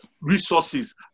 Resources